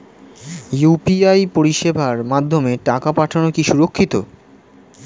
UPI পরিষেবার মাধ্যমে টাকা পাঠানো কি সুরক্ষিত?